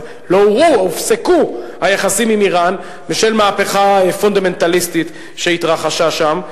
הופסקו היחסים עם אירן בשל מהפכה פונדמנטליסטית שהתרחשה שם.